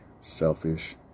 selfish